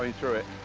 through it.